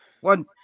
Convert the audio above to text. One